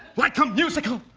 like a musical?